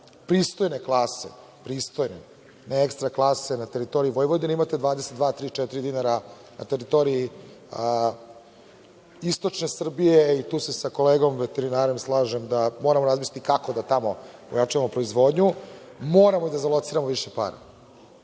pristojne klase, ne ekstra klase. Na teritoriji Vojvodine imate 22, 23, 24 dinara na teritoriji istočne Srbije, i tu se sa kolegom veterinarem slažem da moramo razmisliti kako da tamo ojačamo proizvodnju. Moramo da zalociramo više para.